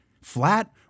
flat